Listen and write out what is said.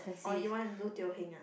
or you want to do Teo Heng